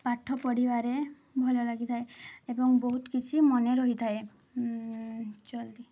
ପାଠ ପଢ଼ିବାରେ ଭଲ ଲାଗିଥାଏ ଏବଂ ବହୁତ କିଛି ମନେ ରହିଥାଏ ଜଲ୍ଦି